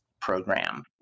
Program